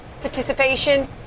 participation